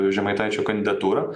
žemaitaičio kandidatūrą